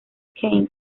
kane